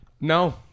no